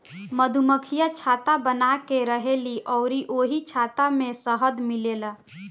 मधुमक्खियाँ छत्ता बनाके रहेलीन अउरी ओही छत्ता से शहद मिलेला